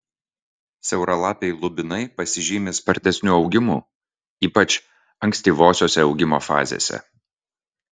siauralapiai lubinai pasižymi spartesniu augimu ypač ankstyvosiose augimo fazėse